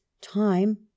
time